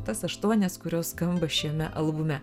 tas aštuonias kurios skamba šiame albume